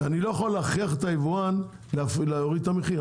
אני לא יכול להכריח את היבואן להוריד את המחיר.